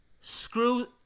screw